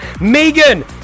megan